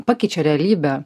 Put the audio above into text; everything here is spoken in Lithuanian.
pakeičia realybę